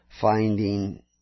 Finding